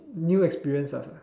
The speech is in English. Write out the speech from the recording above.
new experiences ah